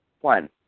One